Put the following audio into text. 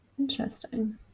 Interesting